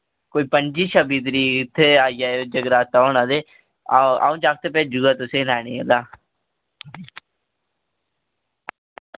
कोई पंजी छब्बी तरीक इत्थै आई जाएओ जगराता होना ते अ'ऊं अ'ऊं जागत भेजी ओड़गा तुसें लैने तां